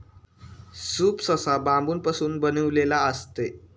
soup सहसा बांबूपासून बनविलेले असते